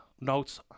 notes